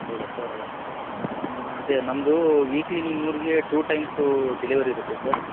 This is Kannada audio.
ಹೌದಾ ಸರ್ ಅದೆ ನಮ್ಮದು ವೀಕ್ಲಿ ನಿಮ್ಮ ಊರಿಗೆ ಟು ಟೈಮ್ಸೂ ಡಿಲೆವರಿ ಇರುತ್ತೆ ಸರ್